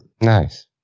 Nice